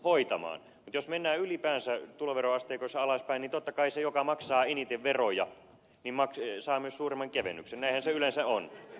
mutta jos mennään ylipäänsä tuloveroasteikoissa alaspäin niin totta kai se joka maksaa eniten veroja saa myös suurimman kevennyksen näinhän se yleensä on